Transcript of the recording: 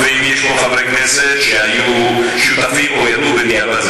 ואם יש פה חברי כנסת שהיו שותפים או ידעו בדיעבד,